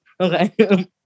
Okay